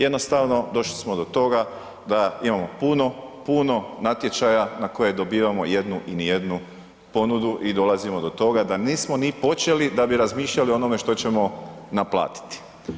Jednostavno došli smo do toga da imamo puno natječaja na koje dobivamo jednu i nijednu ponudu i dolazimo do toga da nismo ni počeli da bi razmišljali što ćemo naplatiti.